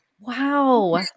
Wow